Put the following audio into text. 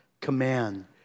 command